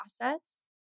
process